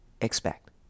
expect